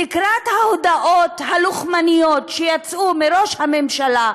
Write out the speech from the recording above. תקרא את ההודעות הלוחמניות שיצאו מראש הממשלה,